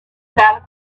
satisfied